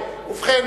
ובכן,